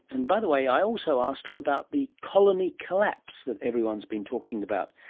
and by the way, i also asked her about the colony collapse that everyone's been talking about,